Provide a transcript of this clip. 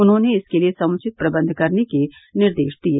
उन्होंने इसके लिये समुचित प्रबंध करने के निर्देश दिये